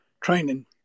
training